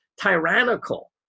tyrannical